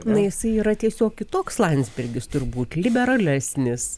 na jisai yra tiesiog kitoks landsbergis turbūt liberalesnis